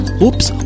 Oops